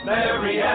Mary